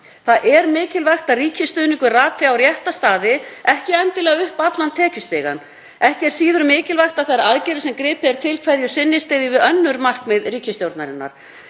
Það er mikilvægt að ríkisstuðningur rati á rétta staði, ekki endilega upp allan tekjustigann. Ekki er síður mikilvægt að þær aðgerðir sem gripið er til hverju sinni styðji við önnur markmið ríkisstjórnarinnar.